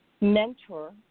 mentor